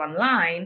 online